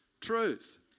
truth